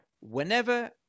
Whenever